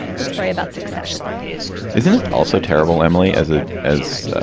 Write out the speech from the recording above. let's worry about succession isn't it also terrible, emily, as a as